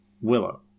Willow